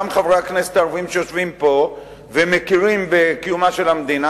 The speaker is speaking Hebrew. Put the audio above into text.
גם חברי הכנסת הערבים שיושבים פה ומכירים בקיומה של המדינה,